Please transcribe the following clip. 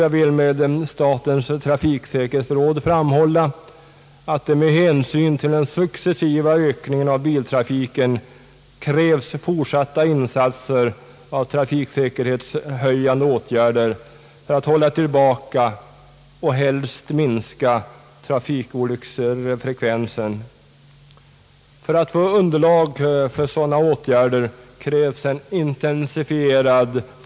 Jag vill liksom statens trafiksäkerhetsråd framhålla, att med hänsyn till den successiva ökningen av biltrafiken krävs fortsatta insatser av trafiksäkerhetshöjande åtgärder för att hålla tillbaka och helst minska trafikolycksfrekvensen. En = intensifierad forskningsverksamhet behövs för att skapa underlag för sådana åtgärder.